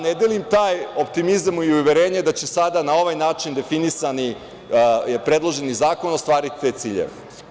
Ne delim ja taj optimizam i uverenje da će sada na ovaj način definisani predloženi zakon ostvariti te ciljeve.